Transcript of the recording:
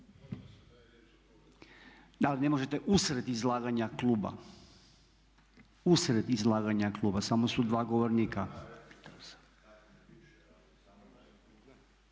ne možete usred izlaganja kluba. Usred izlaganja kluba, samo su dva govornika.